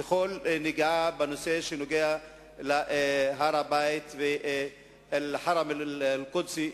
וכל נגיעה בנושא שנוגע להר-הבית ואל-חראם אל-קודסי,